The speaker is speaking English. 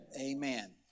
Amen